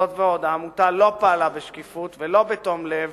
זאת ועוד, העמותה לא פעלה בשקיפות ולא בתום לב